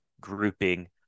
grouping